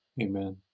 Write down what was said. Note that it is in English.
Amen